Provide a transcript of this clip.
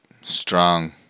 strong